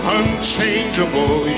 unchangeable